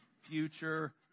Future